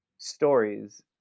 stories